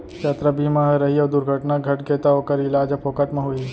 यातरा बीमा ह रही अउ दुरघटना घटगे तौ ओकर इलाज ह फोकट म होही